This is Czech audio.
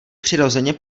přirozeně